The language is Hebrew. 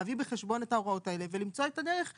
להביא בחשבון את ההוראות האלה ולמצוא את הדרך לתקצב.